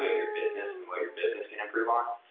your business and what your business can improve on.